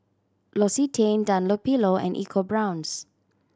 L'Occitane Dunlopillo and EcoBrown's